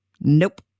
nope